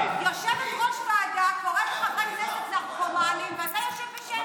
יושבת-ראש ועדה קוראת לחברי כנסת נרקומנים ואתה יושב בשקט.